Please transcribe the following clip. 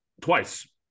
twice